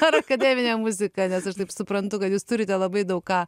ar akademinė muzika nes aš taip suprantu kad jūs turite labai daug ką